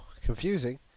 Confusing